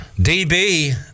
DB